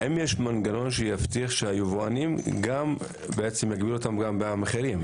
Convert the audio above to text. האם יש מנגנון שיבטיח שהיבואנים גם יגבילו אותם במחירים?